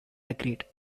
agreed